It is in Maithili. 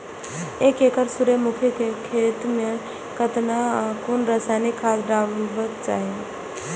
एक एकड़ सूर्यमुखी केय खेत मेय कतेक आ कुन रासायनिक खाद डलबाक चाहि?